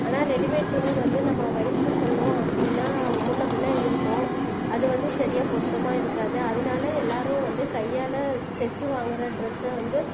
ஆனால் ரெடிமேட் துணி வந்து நம்ம வயச சொன்னோம் அப்படின்னா முன்னப்பின்ன இருக்கும் அது வந்து சரியா பொருத்தமாக இருக்காது அதனால எல்லாரும் வந்து கையால் தைச்சு வாங்குகிற ட்ரெஸ்ஸை வந்து